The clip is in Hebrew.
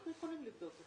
אנחנו יכולים לבדוק.